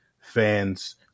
fans